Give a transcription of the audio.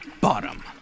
bottom